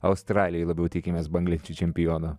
australijoj labiau tikimės banglenčių čempiono